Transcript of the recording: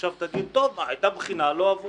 עכשיו תגיד: טוב, היתה בחינה ולא עברו,